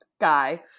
guy